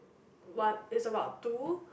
one is about two